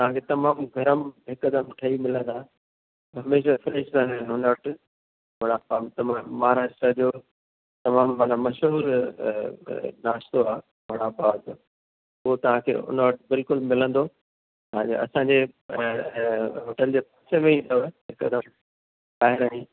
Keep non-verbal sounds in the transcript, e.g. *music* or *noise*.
तव्हांखे तमामु गर्म हिकदमि ठही मिलंदा हमेशा फ्रेश रहंदा आहिनि हुन वटि वड़ा पाव तमामु महाराष्ट्रा जो तमामु माना मशहूरु नाश्तो आहे वड़ा पाव जो उहो तव्हांखे हुन वटि बिल्कुलु मिलंदो असांजे हॉटल जे विच में ही अथव हिकदमि *unintelligible*